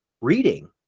reading